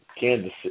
Kansas